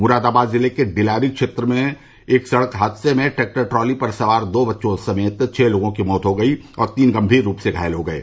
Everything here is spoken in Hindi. मुरादाबाद जिले के डिलारी क्षेत्र में एक सड़क हादसे में ट्रैक्टर ट्राली पर सवार दो बच्चों समेत छह लोगों की मौत हो गई और तीन गंभीर रूप से घायल हो गये